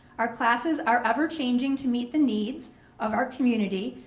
our classes are ever changing to meet the needs of our community.